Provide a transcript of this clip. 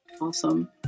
Awesome